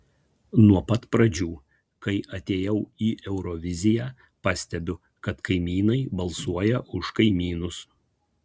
nuo pat pradžių kai atėjau į euroviziją pastebiu kad kaimynai balsuoja už kaimynus